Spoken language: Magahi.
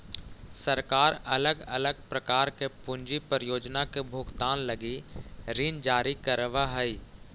सरकार अलग अलग प्रकार के पूंजी परियोजना के भुगतान लगी ऋण जारी करवऽ हई